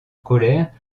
colère